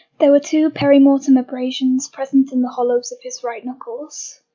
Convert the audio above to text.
there were two perimortem abrasions present in the hollows of his right knuckles.